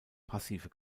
passive